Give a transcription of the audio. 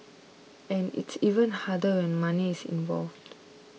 and it's even harder when money is involved